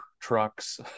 trucks